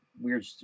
weird